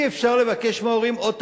אי-אפשר לבקש מההורים עוד תשלום,